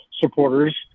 supporters